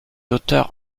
auteurs